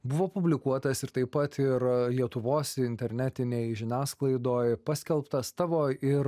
buvo publikuotas ir taip pat ir lietuvos internetinėj žiniasklaidoj paskelbtas tavo ir